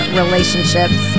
relationships